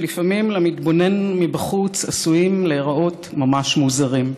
שלפעמים למתבונן מבחוץ עשויים להיראות ממש מוזרים.